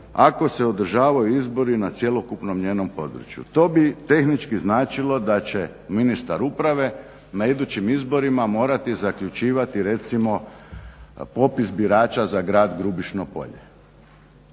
ako se održavaju izbori na cjelokupnom njenom području. To bi tehnički značilo da će ministar Uprave na idućim izborima morati zaključivati recimo popis birača za grad Grubišno Polje